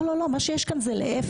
לא, מה שיש כאן זה להפך.